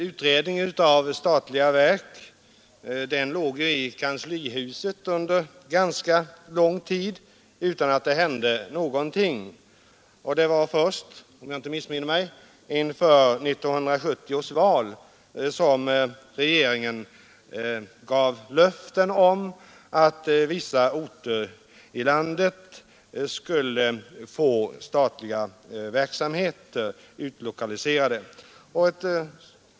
Utredningen om statliga verk låg ju i kanslihuset under ganska lång tid utan att det hände någonting, och det var först — om jag inte missminner mig — inför 1970 års val som regeringen gav löften om att vissa orter i landet skulle få utlokaliserad statlig verksamhet.